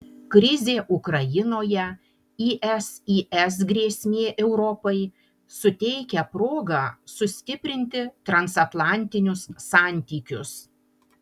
krizė ukrainoje isis grėsmė europai suteikia progą sustiprinti transatlantinius santykius